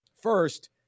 First